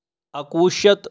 اکہٕ وُہ شَتھ